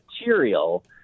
material